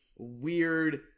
weird